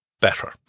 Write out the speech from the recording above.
better